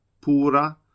pura